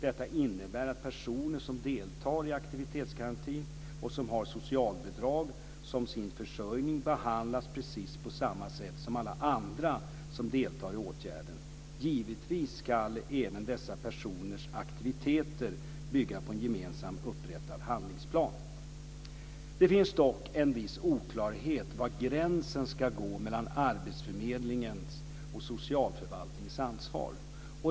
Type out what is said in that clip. Detta innebär att personer som deltar i aktivitetsgarantin och som har socialbidrag som sin försörjning behandlas precis på samma sätt som alla andra som deltar i åtgärden. Givetvis ska även dessa personers aktiviteter bygga på en gemensamt upprättad handlingsplan. Det finns dock en viss oklarhet om var gränsen ska gå mellan arbetsförmedlingens och socialförvaltningens ansvar.